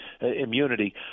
immunity